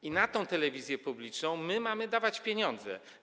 I na tę telewizję publiczną my mamy dawać pieniądze.